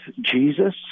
Jesus